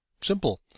Simple